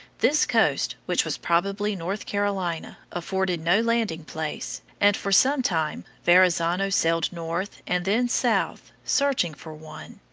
this coast, which was probably north carolina, afforded no landing place, and for some time verrazzano sailed north and then south, searching for one.